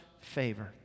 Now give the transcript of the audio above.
favor